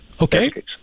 Okay